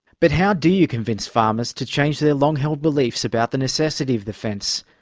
but how do you convince farmers to change their long-held beliefs about the necessity of the fence?